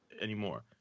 anymore